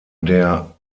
der